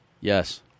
yes